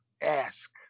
ask